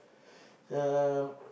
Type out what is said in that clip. um